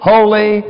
Holy